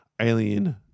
Alien